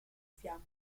fiamma